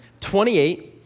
28